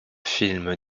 films